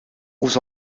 aux